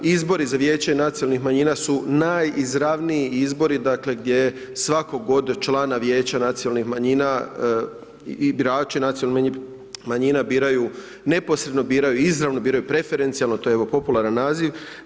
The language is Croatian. Izbori za vijeće nacionalnih manjina su najizravniji izbori dakle gdje svakog od člana vijeća nacionalnih manjina i birači nacionalnih manjina biraju, neposredno biraju, biraju izravno, biraju preferencijalno, to je evo popularan naziv.